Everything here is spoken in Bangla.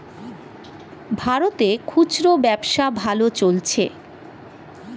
ভারতে খুচরা ব্যবসা ভালো চলছে